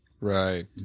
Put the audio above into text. right